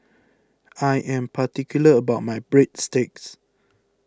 I am particular about my Breadsticks